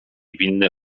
winny